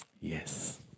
Yes